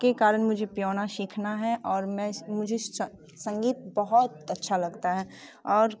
के कारण मुझे पीयोना सिखाना है और मैं मुझे संगीत बहुत अच्छा लगता है और